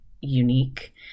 unique